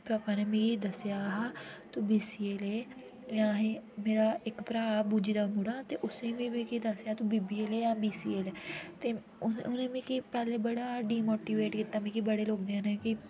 पापा ने मी दस्सेआ हा तू बीसीए लै ते अहें इक भ्राऽ बू जी दा मुड़ा उसी बी दस्सेआ हा बीबीए जां बीसीए लै उनें मिगी पैह्ले बड़ा डिमोटिवेट कीता बड़े लोक बी